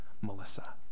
Melissa